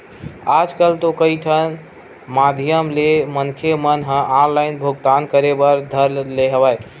आजकल तो कई ठन माधियम ले मनखे मन ह ऑनलाइन भुगतान करे बर धर ले हवय